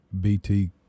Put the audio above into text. BT